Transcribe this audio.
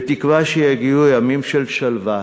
בתקווה שיגיעו ימים של שלווה,